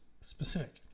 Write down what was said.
specific